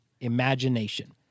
imagination